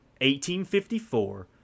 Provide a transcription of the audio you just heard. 1854